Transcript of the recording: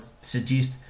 suggest